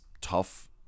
tough